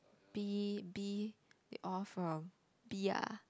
B B all from B ah